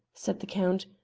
said the count,